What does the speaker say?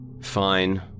Fine